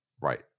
Right